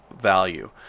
value